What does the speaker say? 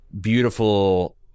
beautiful